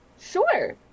Sure